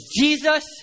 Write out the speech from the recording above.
Jesus